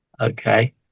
Okay